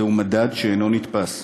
זה מדד שאינו נתפס.